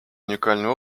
уникальный